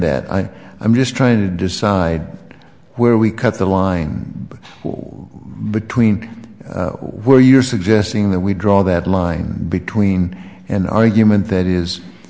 that i i'm just trying to decide where we cut the line between where you're suggesting that we draw that line between an argument that